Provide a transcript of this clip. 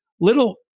little